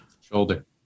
shoulder